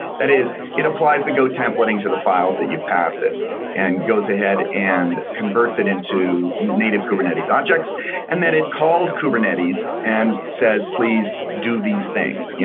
that is, it applies the go templating to the files that you'd pass it and goes ahead and converts it into native kubernetes objects and then it calls kubernetes and says, please do these things.